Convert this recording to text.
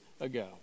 ago